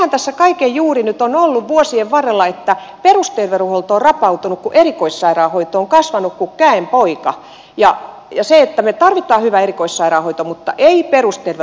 sehän tässä kaiken juuri nyt on ollut vuosien varrella että perusterveydenhuolto on rapautunut kun erikoissairaanhoito on kasvanut kuin käenpoika ja me tarvitsemme hyvää erikoissairaanhoitoa mutta emme perusterveydenhuollon kustannuksella